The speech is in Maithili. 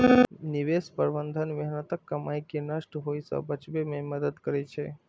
निवेश प्रबंधन मेहनतक कमाई कें नष्ट होइ सं बचबै मे मदति करै छै